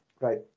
Right